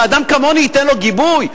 שאדם כמוני ייתן לו גיבוי?